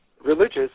religious